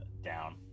down